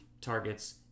targets